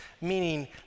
meaning